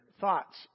thoughts